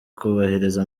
kubahiriza